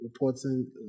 reporting